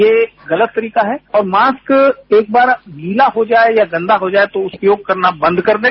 ये गलत तरीका है और मास्क एक बार गीला हो जाए या गंदा हो जाए तो उपयोग करना बंद कर दें